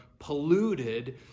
polluted